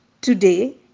Today